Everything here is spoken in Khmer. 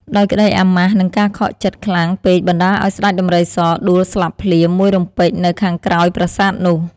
ដោយក្តីអាម៉ាស់ និងការខកចិត្តខ្លាំងពេកបណ្តាលឱ្យស្តេចដំរីសដួលស្លាប់ភ្លាម មួយរំពេចនៅខាងក្រោយប្រាសាទនោះ ។